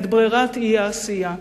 את ברירת האי-עשייה.